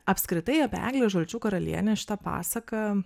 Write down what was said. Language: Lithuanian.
apskritai apie eglę žalčių karalienę šita pasaka